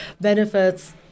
benefits